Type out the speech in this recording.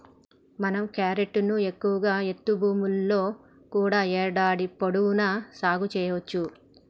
మనం క్యారెట్ ను ఎక్కువ ఎత్తు భూముల్లో కూడా ఏడాది పొడవునా సాగు సెయ్యవచ్చు